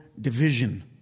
division